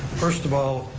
first of all,